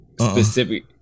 specific